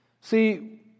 See